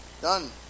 Done